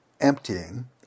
emptying